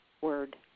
word